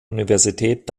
universität